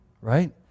right